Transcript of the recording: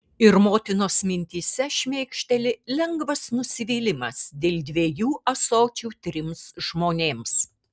ir motinos mintyse šmėkšteli lengvas nusivylimas dėl dviejų ąsočių trims žmonėms